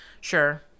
Sure